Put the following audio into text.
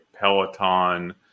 Peloton